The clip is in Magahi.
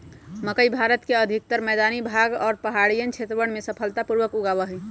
मकई भारत के अधिकतर मैदानी भाग में और पहाड़ियन क्षेत्रवन में सफलता पूर्वक उगा हई